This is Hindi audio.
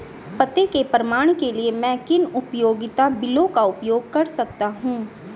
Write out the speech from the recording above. पते के प्रमाण के लिए मैं किन उपयोगिता बिलों का उपयोग कर सकता हूँ?